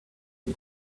can